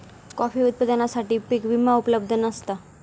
coffee उत्पादकांसाठी पीक विमा उपलब्ध नसता